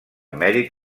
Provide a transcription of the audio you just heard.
mèrit